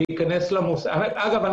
אגב,